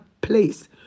place